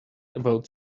about